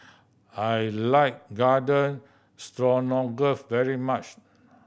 I like Garden Stroganoff very much